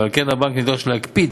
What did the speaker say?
ועל כן הבנק נדרש להקפיד